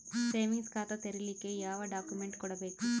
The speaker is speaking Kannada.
ಸೇವಿಂಗ್ಸ್ ಖಾತಾ ತೇರಿಲಿಕ ಯಾವ ಡಾಕ್ಯುಮೆಂಟ್ ಕೊಡಬೇಕು?